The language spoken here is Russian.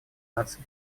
наций